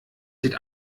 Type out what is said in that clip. sieht